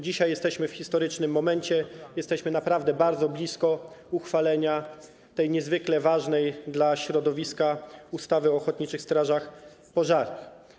Dzisiaj jesteśmy w historycznym momencie, jesteśmy bardzo blisko uchwalenia tej niezwykle ważnej dla środowiska ustawy o ochotniczych strażach pożarnych.